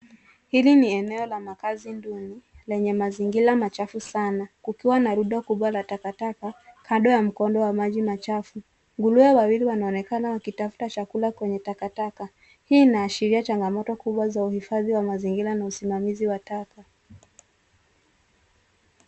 Hili ni eneo la makazi duni yenye mazingira machafu sana. Kukiwa na rundo kubwa la takataka kando ya mkondo wa maji machafu. Nguruwe wawili wanaonekana wakitafuta chakula kwenye takataka. Hii inaashiria changamoto kubwa za uhifadhi wa mazingira na usimamizi wa taka.